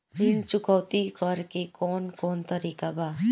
ऋण चुकौती करेके कौन कोन तरीका बा?